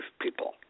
people